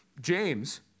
James